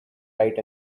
tight